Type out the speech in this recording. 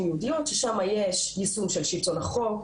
יהודיות ששם יש יישום של שלטון החוק,